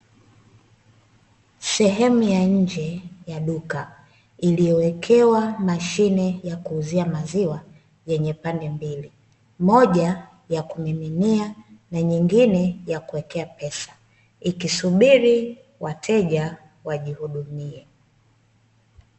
Sehemu ya nje ya duka iliyowekewa mashine ya kuuzia maziwa yenye pande mbili moja ya kumiminia na nyingine ya kuwekea pesa ikisubiri wateja wajihudumie.